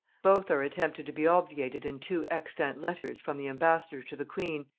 both are attempted to be obviated in two extant letters from the ambassador to the queen,